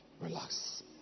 Relax